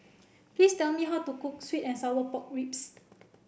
please tell me how to cook sweet and sour pork ribs